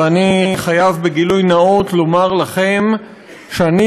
ואני חייב בגילוי נאות לומר לכם שאני